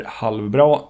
halvbra